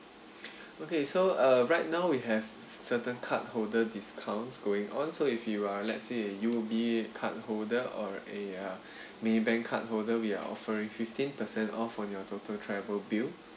okay so uh right now we have certain card holder discounts going on so if you are let's say U_O_B card holder or uh a Maybank card holder we are offering fifteen percent off on your total travel bill